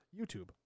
YouTube